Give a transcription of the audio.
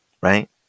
Right